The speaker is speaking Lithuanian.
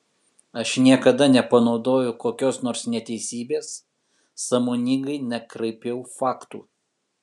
aš niekada nepanaudojau kokios nors neteisybės sąmoningai nekraipiau faktų